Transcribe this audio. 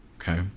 Okay